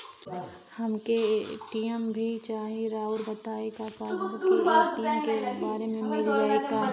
हमके ए.टी.एम भी चाही राउर बताई का पासबुक और ए.टी.एम एके बार में मील जाई का?